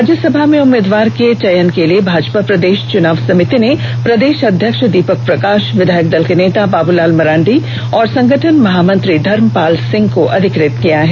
राज्य सभा में उम्मीदवार के चयन के लिए भाजपा प्रदेश चुनाव समिति ने प्रदेश अध्यक्ष दीपक प्रकाश विधायक दल के नेता बाबूलाल मरांडी और संगठन महामंत्री धर्मपाल सिंह को अधीकृत किया है